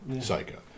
Psycho